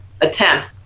attempt